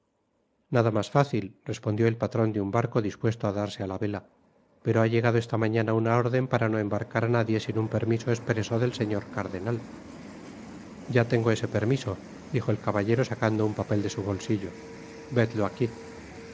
nada mas facil respondió el patron de un barco dispuesto á darse á la vela pero ha llegado esta mañana una órden para no embarcar á nadie sin un permiso espreso del señor cardenal ya tengo ese permiso dijo el caballero sacando un papel de su bolsillo vedlo aqui